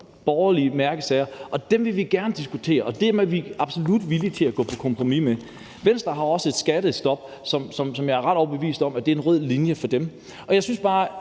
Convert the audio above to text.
borgerlige mærkesager, og dem vil vi gerne diskutere, og dem er vi absolut villige til at gå på kompromis med. Venstre har også et skattestop, som jeg er ret overbevist om er en rød linje for dem, og jeg synes bare,